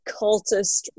cultist